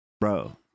bro